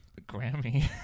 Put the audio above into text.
Grammy